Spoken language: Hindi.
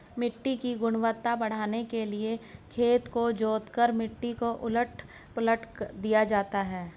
मिट्टी की गुणवत्ता बढ़ाने के लिए खेत को जोतकर मिट्टी को उलट पलट दिया जाता है